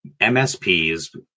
MSPs